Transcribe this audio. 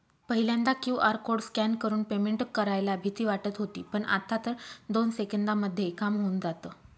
पहिल्यांदा QR code scan करून payment करायला भीती वाटत होती पण, आता तर दोन सेकंदांमध्ये काम होऊन जातं